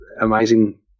amazing